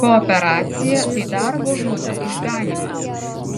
kooperacija tai darbo žmonių išganymas